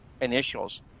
initials